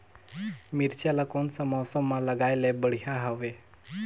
मिरचा ला कोन सा मौसम मां लगाय ले बढ़िया हवे